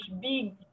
big